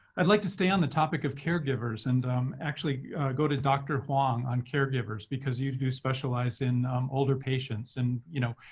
i'd like to stay on the topic of caregivers and um actually go to dr. huang on caregivers, because you do specialize in older patients. and you know,